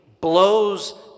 blows